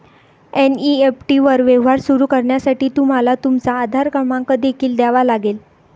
NEFT वर व्यवहार सुरू करण्यासाठी तुम्हाला तुमचा आधार क्रमांक देखील द्यावा लागेल